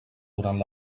durant